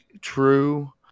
true